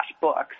books